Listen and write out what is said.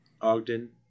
Ogden